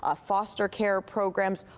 ah foster care programs,